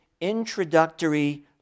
introductory